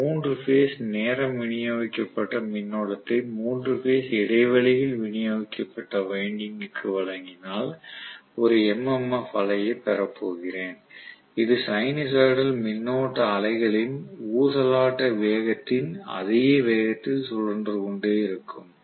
நான் 3 பேஸ் நேரம் விநியோகிக்கப்பட்ட மின்னோட்டத்தை 3 பேஸ் இடைவெளியில் விநியோகிக்கப்பட்ட வைண்டிங்குக்கு வழங்கினால் ஒரு MMF அலையைப் பெறப் போகிறேன் இது சைனூசாய்டல் மின்னோட்ட அலைகளின் ஊசலாட்ட வேகத்தின் அதே வேகத்தில் சுழன்று கொண்டே இருக்கும்